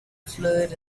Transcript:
fluid